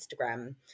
Instagram